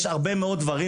יש הרבה מאוד דברים.